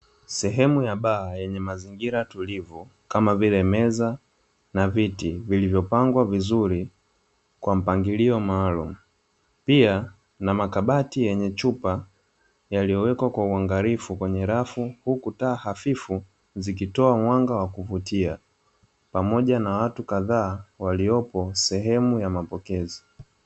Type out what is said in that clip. Sehemu ya baa yenye maziingira tulivu kama vile meza na viti vilivyopangwa vizuri kwa mpangilio maalumu, pia kuna makabati yenye chumba yaliyowekwa kwa uangalifu, kwenye rafu huku taa zikitoa mwanga hafifu na kuvutia pamoja na watu kadhaa waliopo sehemu ya mapokezi.